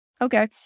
Okay